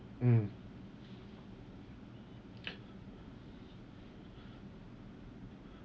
mm